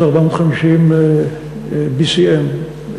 זה BCM 450,